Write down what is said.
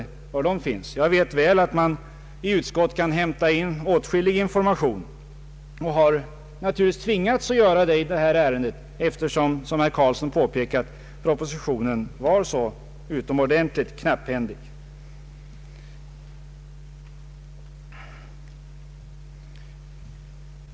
Jag vet mycket väl att ett utskott kan inhämta åtskillig information och naturligtvis har vi opponenter tvingats att skaffa information i detta ärende från olika håll, p.g.a. propositionens påvra utformning.